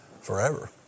Forever